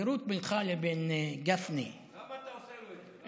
החברות בינך לבין גפני, למה אתה עושה לו את זה?